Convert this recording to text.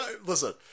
listen